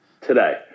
today